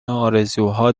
ارزوها